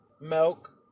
milk